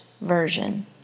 Version